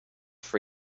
for